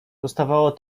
zostawało